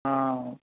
okay